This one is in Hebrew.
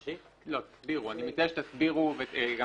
אני מציע שתסבירו וגם